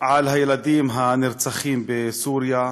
על הילדים הנרצחים בסוריה,